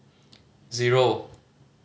zero